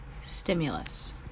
stimulus